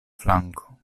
flanko